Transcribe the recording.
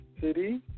city